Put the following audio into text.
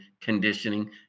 conditioning